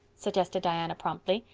suggested diana promptly.